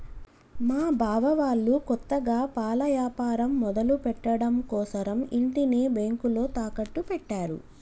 మా బావ వాళ్ళు కొత్తగా పాల యాపారం మొదలుపెట్టడం కోసరం ఇంటిని బ్యేంకులో తాకట్టు పెట్టారు